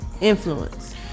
influence